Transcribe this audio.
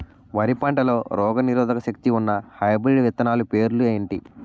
వరి పంటలో రోగనిరోదక శక్తి ఉన్న హైబ్రిడ్ విత్తనాలు పేర్లు ఏంటి?